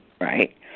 right